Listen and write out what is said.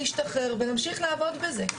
להשתחרר ולהמשיך לעבוד בזה.